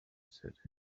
said